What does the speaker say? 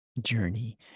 journey